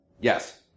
Yes